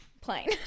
plain